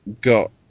got